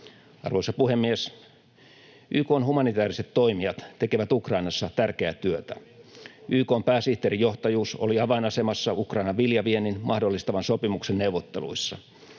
Arvoisa puhemies! YK:n humanitääriset toimijat tekevät Ukrainassa tärkeää työtä. YK:n pääsihteerin johtajuus oli avainasemassa Ukrainan viljaviennin mahdollistavan sopimuksen neuvotteluissa.